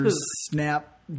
snap